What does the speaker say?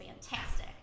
fantastic